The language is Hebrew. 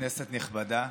כנסת נכבדה,